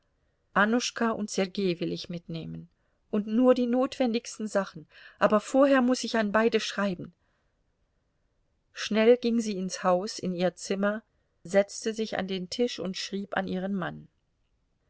annuschka und sergei will ich mitnehmen und nur die notwendigsten sachen aber vorher muß ich an beide schreiben schnell ging sie ins haus in ihr zimmer setzte sich an den tisch und schrieb an ihren mann